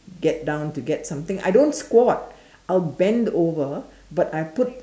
get down to get something I don't squat I'll bend over but I put